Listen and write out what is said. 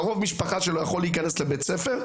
קרוב משפחה שלו יכול להיכנס לבית ספר,